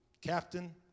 Captain